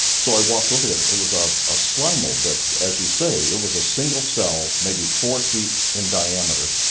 so i walked over there. it was a a slime mould that, as you say, it was a single cell, maybe four feet in diameter,